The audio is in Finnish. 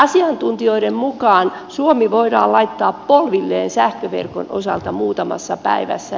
asiantuntijoiden mukaan suomi voidaan laittaa polvilleen sähköverkon osalta muutamassa päivässä